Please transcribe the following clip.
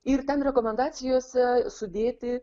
ir ten rekomendacijose sudėti